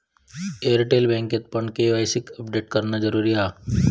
Airtel बँकेतपण KYC update करणा जरुरी हा